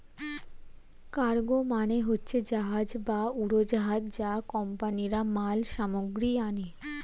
cargo মানে হচ্ছে জাহাজ বা উড়োজাহাজ যা কোম্পানিরা মাল সামগ্রী আনে